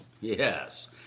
Yes